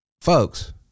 Folks